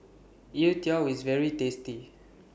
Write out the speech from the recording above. Youtiao IS very tasty